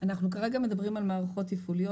כרגע אנחנו מדברים על מערכות תפעוליות